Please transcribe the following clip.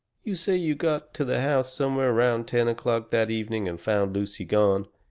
you say you got to the house somewhere around ten o'clock that evening and found lucy gone.